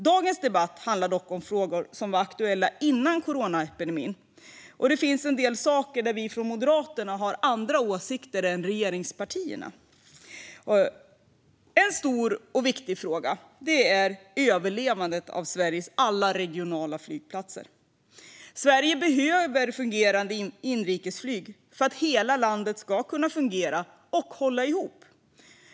Dagens debatt handlar dock om frågor som var aktuella före coronapandemin, och det finns en del saker där vi från Moderaterna har andra åsikter än regeringspartierna. En stor och viktig fråga gäller överlevnaden för Sveriges alla regionala flygplatser. Sverige behöver fungerande inrikesflyg för att hela landet ska kunna fungera och hålla ihop.